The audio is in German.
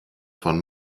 von